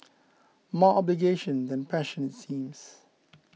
more obligation than passion seems